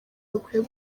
rukwiye